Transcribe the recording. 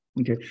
Okay